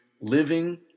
Living